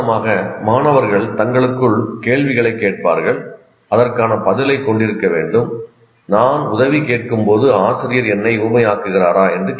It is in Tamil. உதாரணமாக மாணவர்கள் தங்களுக்குள் கேள்விகளைக் கேட்பார்கள் அதற்கான பதிலைக் கொண்டிருக்க வேண்டும் நான் உதவி கேட்கும்போது ஆசிரியர் என்னை ஊமையாக்குகிறாரா